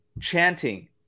chanting